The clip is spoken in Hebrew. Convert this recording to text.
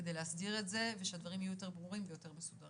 כדי להסדיר את זה כדי שהדברים יהיו יותר ברורים ויותר מסודרים.